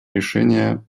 решения